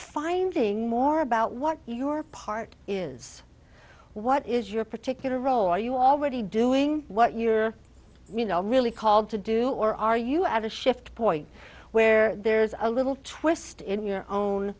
finding more about what your part is what is your particular role are you already doing what you're really called to do or are you at a shift point where there's a little twist in your own